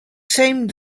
same